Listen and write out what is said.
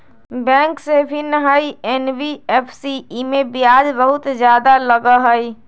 Bank से भिन्न हई एन.बी.एफ.सी इमे ब्याज बहुत ज्यादा लगहई?